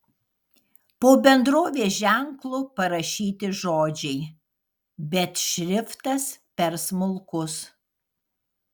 po bendrovės ženklu parašyti žodžiai bet šriftas per smulkus